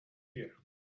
here